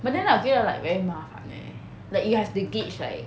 but then I feel like very 麻烦 eh like you have to gauge like